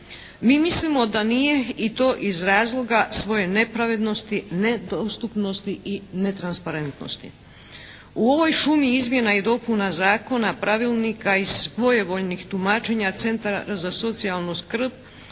Mi mislimo da nije i to iz razloga svoje nepravednosti, nedostupnosti i netransparentnosti. U ovoj šumi izmjena i dopuna zakona, pravilnika i svojevoljnih tumačenja centara za socijalnu skrbi,